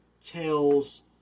tells